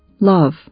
love